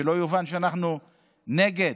שלא יובן שאנחנו נגד.